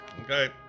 okay